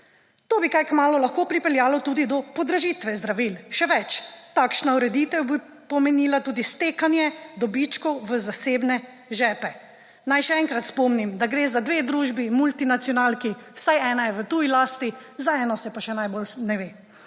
To bi kaj kmalu lahko pripeljalo tudi do podražitve zdravil. Še več, takšna ureditev bi pomenila tudi stekanje dobičkov v zasebne žepe. Naj še enkrat spomnim, da gre za dve družbi multinacionalki, vsaj ena je v tuji lasti, za eno se pa še najbolje ne ve.